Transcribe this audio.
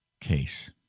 case